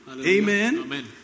Amen